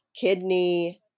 kidney